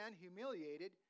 humiliated